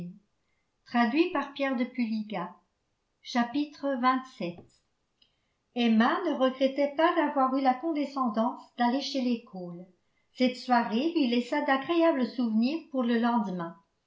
emma ne regretta pas d'avoir eu la condescendance d'aller chez les cole cette soirée lui laissa d'agréables souvenirs pour le lendemain